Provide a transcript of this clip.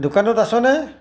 দোকানত আছনে